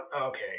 Okay